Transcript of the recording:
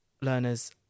learners